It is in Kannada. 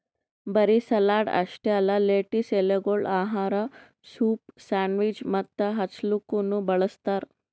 ಬರೀ ಸಲಾಡ್ ಅಷ್ಟೆ ಅಲ್ಲಾ ಲೆಟಿಸ್ ಎಲೆಗೊಳ್ ಆಹಾರ, ಸೂಪ್, ಸ್ಯಾಂಡ್ವಿಚ್ ಮತ್ತ ಹಚ್ಚಲುಕನು ಬಳ್ಸತಾರ್